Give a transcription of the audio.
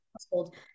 household